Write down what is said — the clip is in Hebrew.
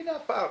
הנה הפער.